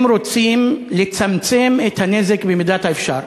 הם רוצים לצמצם את הנזק במידת האפשר.